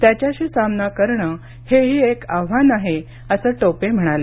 त्याच्याशी सामना करणं हेही एक आव्हान आहे असं टोपे म्हणाले